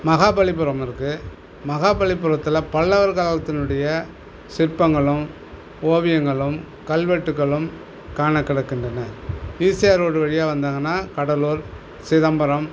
மஹாபலிபுரம் இருக்குது மஹாபலிபுரத்தில் பல்லவர் காலத்தினுடைய சிற்பங்களும் ஓவியங்களும் கல்வெட்டுக்களும் காண கிடைக்கின்றன ஈசிஆர் ரோடு வழியாக வந்தாங்கன்னால் கடலூர் சிதம்பரம்